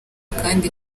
kandi